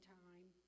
time